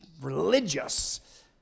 religious